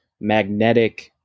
magnetic